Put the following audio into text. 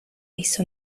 hizo